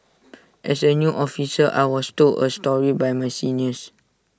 as A new officer I was told A story by my seniors